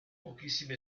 pochissimi